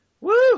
Woo